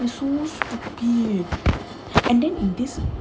they are so stupid and then this